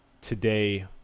today